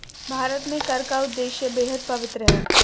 भारत में कर का उद्देश्य बेहद पवित्र है